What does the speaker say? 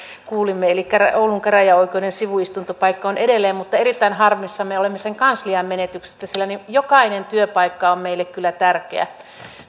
kuulimme eli oulun käräjäoikeuden sivuistuntopaikka on edelleen mutta erittäin harmissamme olemme sen kanslian menetyksestä sillä jokainen työpaikka on meille kyllä tärkeä